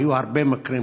היו הרבה מקרים,